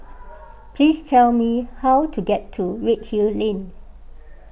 please tell me how to get to Redhill Lane